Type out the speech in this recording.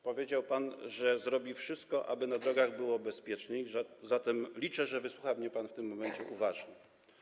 Powiedział pan, że zrobi wszystko, aby na drogach było bezpieczniej, zatem liczę, że wysłucha mnie pan w tym momencie uważnie.